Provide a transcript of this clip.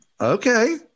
Okay